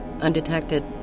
undetected